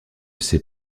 sait